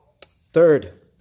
Third